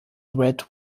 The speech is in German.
red